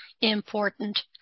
important